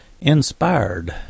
Inspired